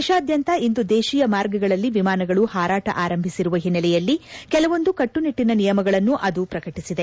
ದೇಶಾದ್ಯಂತ ಇಂದು ದೇಶೀಯ ಮಾರ್ಗಗಳಲ್ಲಿ ವಿಮಾನಗಳು ಹಾರಾಟ ಆರಂಭಿಸಿರುವ ಹಿನ್ನೆಲೆಯಲ್ಲಿ ಕೆಲವೊಂದು ಕಟ್ಟುನಿಟ್ಟಿನ ನಿಯಮಗಳನ್ನು ಅದು ಪ್ರಕಟಿಸಿದೆ